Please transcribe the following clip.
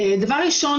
דבר ראשון,